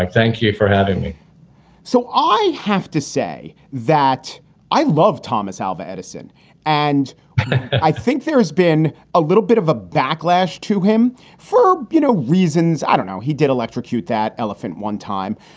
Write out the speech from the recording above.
thank you for having me so i have to say that i love thomas alva edison and i think there has been a little bit of a backlash to him for, you know, reasons i don't know. he did electrocute that elephant one time,